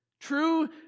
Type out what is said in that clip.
true